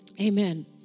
Amen